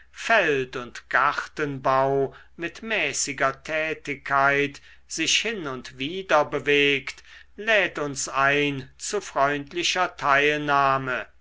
feld und gartenbau mit mäßiger tätigkeit sich hin und wider bewegt lädt uns ein zu freundlicher teilnahme